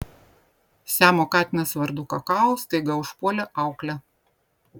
siamo katinas vardu kakao staiga užpuolė auklę